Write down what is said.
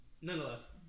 nonetheless